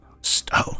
Stone